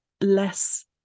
less